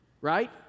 right